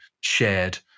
shared